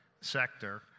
sector